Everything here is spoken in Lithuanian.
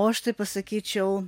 o aš tai pasakyčiau